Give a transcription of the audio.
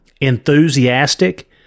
Enthusiastic